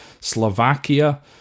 Slovakia